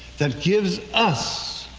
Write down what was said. that gives us,